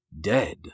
dead